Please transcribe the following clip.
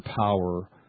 power